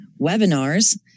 webinars